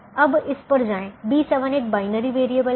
अब इस पर जाएं B7 एक बायनरी वेरिएबल है